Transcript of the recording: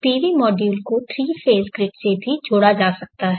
PV module को 3 phase grid से भी जोड़ा जा सकता है